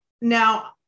Now